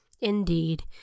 Indeed